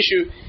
issue